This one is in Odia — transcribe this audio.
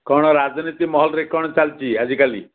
କ'ଣ ରାଜନୀତି ମହଲରେ କ'ଣ ଚାଲିଛି ଆଜିକାଲି